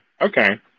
Okay